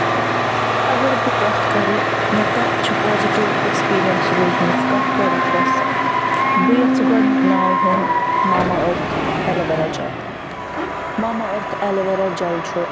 اگر بہٕ کتھ کَرٕ مےٚ کتھ چھِ پازِٹیو ایٚکسپیٖریَنس روٗزمٕژ کتھ پرٛوڈَکٹَس بہٕ یَژھٕ گۄڈنیُک ناو ہیٚون Mamaearth aloe vera gel Mamaearth aloe vera gel چھُ